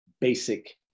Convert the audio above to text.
basic